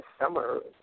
summer